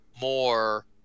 more